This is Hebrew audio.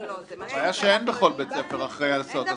הבעיה שאין בכל בית ספר אחראי על ההסעות.